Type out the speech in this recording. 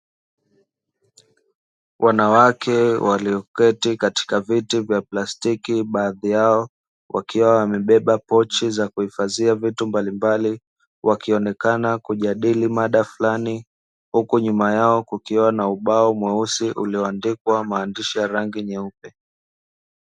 Wanawake walioketi katika viti vya plastiki baadhi yao wakiwa wamebeba pochi za kuhifadhia vitu mbalimbali wakionekana kujadili mada fulani huku nyuma yao kukiwa na ubao mweusi ulioandika maandishi ya rangi nyeupe.